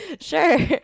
sure